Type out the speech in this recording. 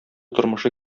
тормышы